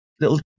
Little